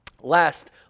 last